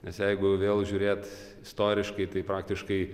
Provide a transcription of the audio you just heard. nes jeigu vėl žiūrėt istoriškai tai praktiškai